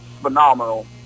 phenomenal